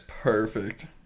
perfect